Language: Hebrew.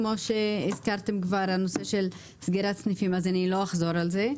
כמו שהבטחתם כבר בנושא של סגירת סניפים אני לא אחזור על זה.